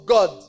God